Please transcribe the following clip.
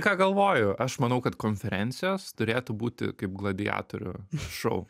ką galvoju aš manau kad konferencijos turėtų būti kaip gladiatorių šou